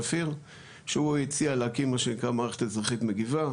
שהוא הציע להקים מה שנקרא מערכת אזרחים מגיבה.